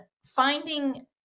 finding